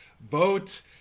vote